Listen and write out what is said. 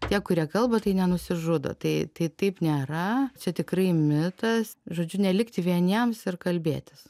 tie kurie kalba tai nenusižudo tai tai taip nėra čia tikrai mitas žodžiu nelikti vieniems ir kalbėtis